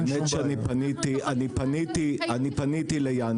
האמת שאני פניתי לינקי,